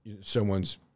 someone's